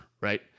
right